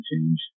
change